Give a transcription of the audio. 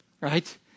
right